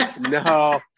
No